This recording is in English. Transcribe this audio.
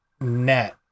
net